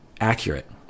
accurate